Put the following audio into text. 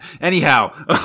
Anyhow